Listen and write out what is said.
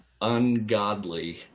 ungodly